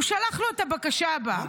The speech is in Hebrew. את הבקשה הבאה.